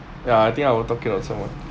ya I think I will talk it out to someone